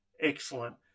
Excellent